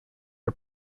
are